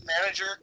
manager